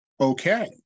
okay